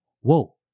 Whoa